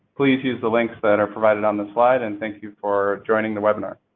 please use the links that are provided on this slide, and thank you for joining the webinar.